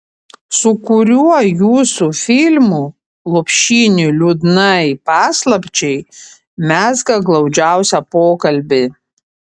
su kuriuo jūsų filmu lopšinė liūdnai paslapčiai mezga glaudžiausią pokalbį